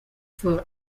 for